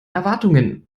erwartungen